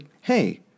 Hey